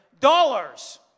Dollars